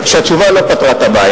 בוא נאמר שהתשובה לא פתרה את הבעיה.